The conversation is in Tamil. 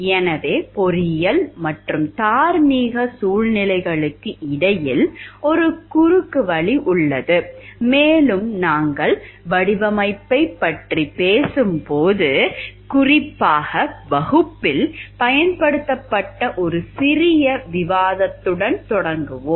எனவே பொறியியல் மற்றும் தார்மீக சூழ்நிலைகளுக்கு இடையில் ஒரு குறுக்குவழி உள்ளது மேலும் நாங்கள் வடிவமைப்பைப் பற்றி பேசும்போது குறிப்பாக வகுப்பில் பயன்படுத்தப்பட்ட ஒரு சிறிய விவாதத்துடன் தொடங்குவோம்